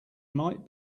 might